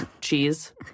cheese